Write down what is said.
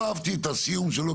לא אהבתי את הסיום שלו,